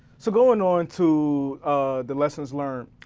so going on to the lessons learned.